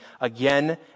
again